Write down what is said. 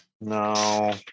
No